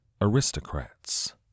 aristocrats